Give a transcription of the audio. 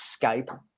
Skype